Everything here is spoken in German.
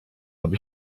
habe